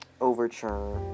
Overture